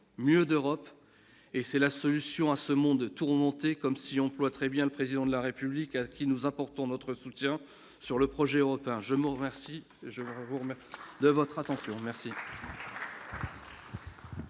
mieux d'Europe et c'est la solution à ce monde tourmenté, comme si on emploie très bien le président de la République à qui nous apportons notre soutien sur le projet européen je merci, je vous remercie de votre attention, merci.